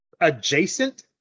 adjacent